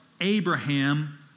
Abraham